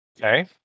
Okay